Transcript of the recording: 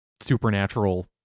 supernatural